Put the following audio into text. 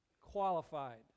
qualified